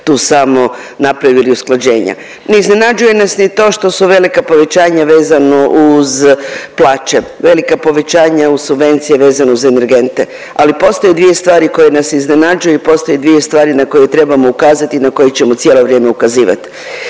tu samo napravili usklađenja. Ne iznenađuje nas ni to što su velika povećanja vezano uz plaće, velika povećanja uz subvencije vezano za energente, ali postoje dvije stvari koje nas iznenađuju i postoje dvije stvari na koje trebamo ukazati i na koje ćemo cijelo vrijeme ukazivat.